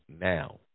now